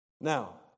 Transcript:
Now